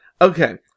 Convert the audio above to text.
Okay